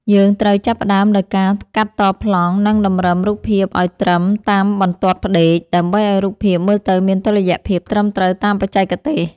យើងត្រូវចាប់ផ្ដើមដោយការ កាត់តប្លង់ និងតម្រឹមរូបភាពឱ្យត្រង់តាមបន្ទាត់ផ្តេក ដើម្បីឱ្យរូបភាពមើលទៅមានតុល្យភាពត្រឹមត្រូវតាមបច្ចេកទេស។